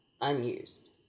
unused